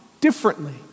differently